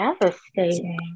devastating